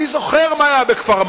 אני זוכר מה היה בכפר-מימון,